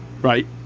Right